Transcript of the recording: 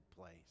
place